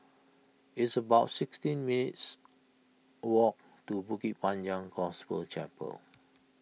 it's about sixteen minutes' walk to Bukit Panjang Gospel Chapel